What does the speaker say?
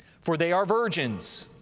for they are virgins.